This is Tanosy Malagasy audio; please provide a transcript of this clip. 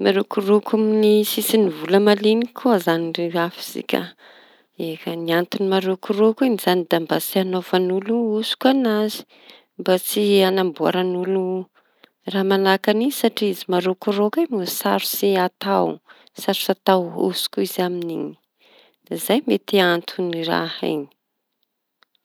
Ny harokorokon'ny sisiñy vola maliniky koa izañy rehafitsika. Eka ny antony marokoroko iñy izañy da mba tsy hañaovan'olo hosoka an'azy. Mba tsy hanamboran'olo raha manahaky an'iñy satria izy marokoroko sarotsy atao; sarotsy atao hosoky koa izy amin'iñy zay ny antony ty raha iñy.